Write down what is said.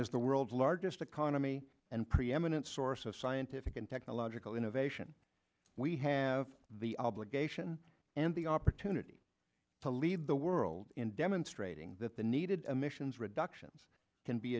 as the world's largest economy and preeminent source of scientific and technological innovation we have the obligation and the opportunity to lead the world in demonstrating that the needed emissions reductions can be